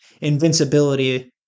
invincibility